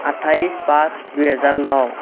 আঠাইছ পাঁচ দুহেজাৰ ন